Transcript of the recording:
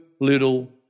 little